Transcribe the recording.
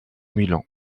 milan